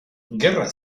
gerra